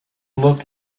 looked